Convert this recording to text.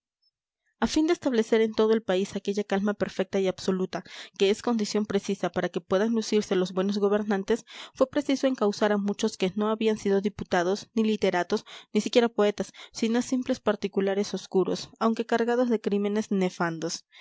a fin de establecer en todo el país aquella calma perfecta y absoluta que es condición precisa para que puedan lucirse los buenos gobernantes fue preciso encausar a muchos que no habían sido diputados ni literatos ni siquiera poetas sino simples particulares oscuros aunque cargados de crímenes nefandos